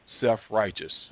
self-righteous